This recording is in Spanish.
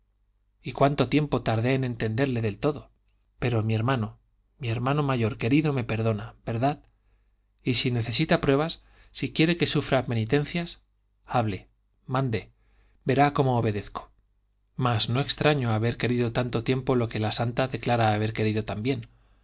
y cuánto tiempo tardé en entenderle del todo pero mi hermano mi hermano mayor querido me perdona verdad y si necesita pruebas si quiere que sufra penitencias hable mande verá como obedezco mas no extraño haber querido tanto tiempo lo que la santa declara haber querido también